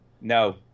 No